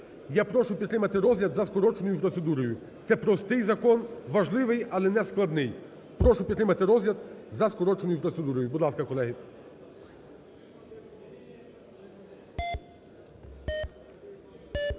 Я прошу підтримати розгляд за скороченою процедурою. Це простий закон, важливий, але не складний. Прошу підтримати розгляд за скороченою процедурою. Будь ласка, колеги.